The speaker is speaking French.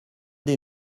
dès